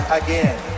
again